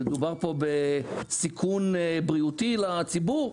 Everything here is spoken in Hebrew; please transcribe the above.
מדובר בסיכון בריאותי לציבור?